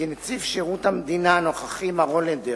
כי נציב שירות המדינה מר הולנדר,